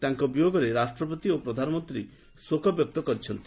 ତାଙ୍କ ବିୟୋଗରେ ରାଷ୍ଟ୍ରପତି ଓ ପ୍ରଧାନମନ୍ତୀ ଶୋକବ୍ୟକ୍ତ କରିଛନ୍ତି